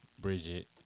Bridget